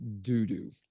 doo-doo